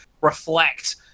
reflect